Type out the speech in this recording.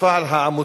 מתקפה על העמותות,